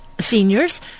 seniors